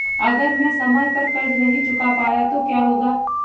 अगर मैं समय पर कर्ज़ नहीं चुका पाया तो क्या होगा?